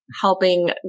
helping